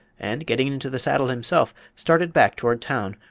and, getting into the saddle himself, started back toward town,